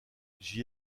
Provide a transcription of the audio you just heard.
j’y